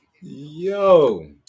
Yo